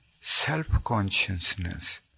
self-consciousness